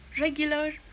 regular